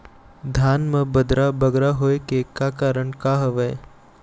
धान म बदरा बगरा होय के का कारण का हवए?